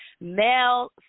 male